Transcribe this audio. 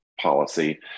policy